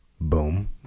Boom